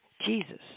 Jesus